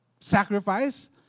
sacrifice